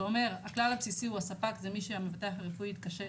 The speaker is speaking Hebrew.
ואומר הכלל הבסיסי הוא הספק זה מי שהמבטח הרפואי התקשר